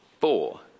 four